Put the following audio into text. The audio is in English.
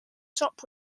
shop